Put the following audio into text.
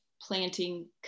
planting